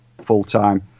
full-time